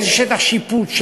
באיזה שטח שיפוט,